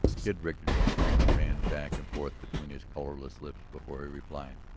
kid rickard's tongue ran back and forth between his colorless lips before he replied.